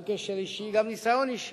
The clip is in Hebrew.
גם קשר אישי, גם ניסיון אישי,